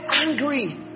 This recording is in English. angry